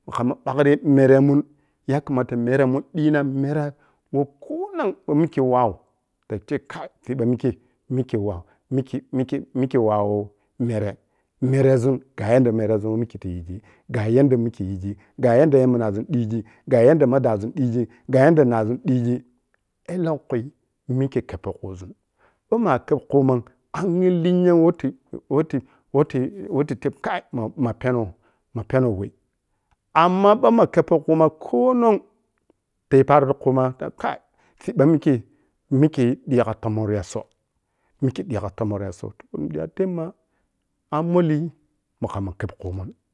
Kham ma ɓagri mere mun pɛp mmaka were mun dii na mwere woh konong ɓou mikkei wawo toh tah teb kai sibba mikkei-mikkei wawo-mikei mikke-mikke wawo mere-merezungayanda weh merezun weh mikke tayigi, gayan woh mikke yigi gayanda weh yamnazun ƌigi, gayenda mah dazzun digi, ga yanda ga yanda nnazun diii ellonkhui mikkei khebpo khuzum ɓou ma kheb khumam angyi lenyam woh ti woh ti-woh ti-tii-wohti teb tah kaii ma pɛnou-ma pɛnou weh amma ɓou khama khebpo khumam konong tayi paro ti khu ma tabta kaii sibba mikkei-mikkei digi kha tomon ya rotso mikke digi kha tomon rotso, tol nidiii tah tebma ammolli mukhamma kheb khu mun.